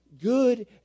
good